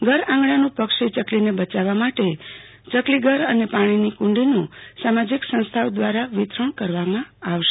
ઘર આંગણાનું પક્ષી ચકલીને બચાવવા માટે ભુજ ખાતે ચકલીઘર તથા પાણીની કુંડીનું સામાજીક સંસ્થાઓ દવારા વિતરણ કરવામાં આવશે